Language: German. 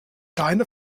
deine